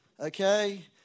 Okay